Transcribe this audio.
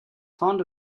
fond